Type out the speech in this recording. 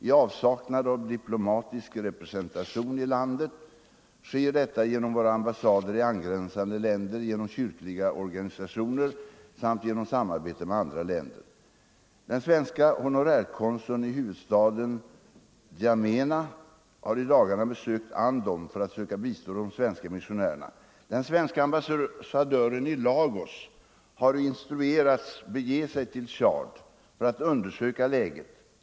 I avsaknad av diplomatisk representation i landet sker detta genom våra ambassader i angränsande länder, genom kyrkliga organisationer samt genom samarbete med andra länder. Den svenska honorärkonsuln i huvudstaden Ndjamena har i dagarna besökt Andom för att söka bistå de svenska missionärerna. Den svenske ambassadören i Lagos har instruerats bege sig till Tchad för att undersöka läget.